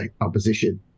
opposition